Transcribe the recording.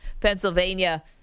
Pennsylvania